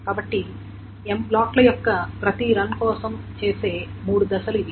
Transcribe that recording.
కాబట్టి M బ్లాక్ల యొక్క ప్రతి రన్ కోసం చేసే మూడు దశలు ఇవి